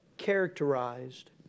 characterized